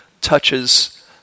touches